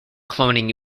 cloning